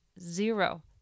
zero